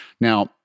Now